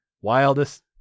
wildest